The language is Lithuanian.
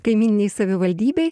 kaimyninėj savivaldybėj